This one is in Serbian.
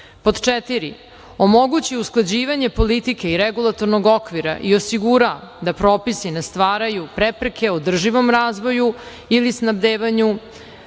četiri omogući usklađivanje politike i regulatornog okvira i osigura da propisi ne stvaraju prepreke održivom razvoju ili snabdevanju